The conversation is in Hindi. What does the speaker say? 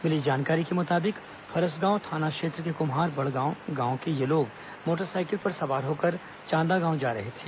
मिली जानकारी के मुताबिक फरसगांव थाना क्षेत्र के कुम्हार बड़गांव गांव से ये लोग एक मोटरसाइकिल में सवार होकर चांदागांव जा रहे थे